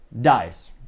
dies